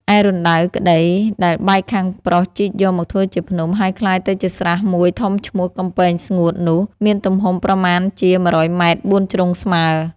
ឯរណ្ដៅក្ដី ដែលប៉ែកខាងប្រុសជីកយកមកធ្វើជាភ្នំ ហើយក្លាយទៅជាស្រះ ១ ធំ ឈ្មោះ "កំពែងស្ងួត" នោះ មានទំហំ ប្រមាណជា ១០០ ម. ៤ ជ្រុងស្មើ